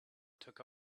took